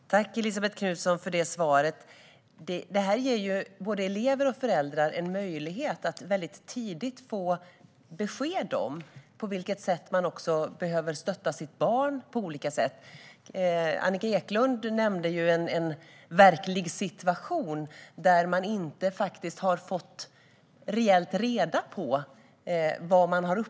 Herr talman! Tack, Elisabet Knutsson, för det svaret! Det här ger ju både elever och föräldrar en möjlighet att väldigt tidigt få besked om på vilket sätt man behöver stötta sitt barn. Annika Eclund nämnde en verklig situation där man faktiskt inte i realiteten fått reda på vad man uppnått.